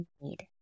need